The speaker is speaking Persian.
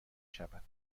شود